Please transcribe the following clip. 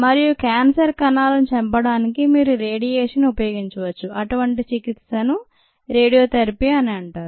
మరియు క్యాన్సర్ కణాలను చంపడానికి మీరు రేడియేషన్ ఉపయోగించవచ్చు అటువంటి చికిత్సను రేడియోథెరపీ అని అంటారు